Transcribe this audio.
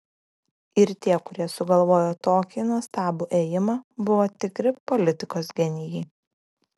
ir tie kurie sugalvojo tokį nuostabų ėjimą buvo tikri politikos genijai